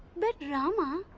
but rama,